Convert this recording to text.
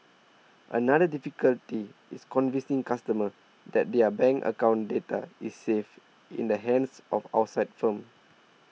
another difficulty is convincing customers that their bank account data is safe in the hands of outside firms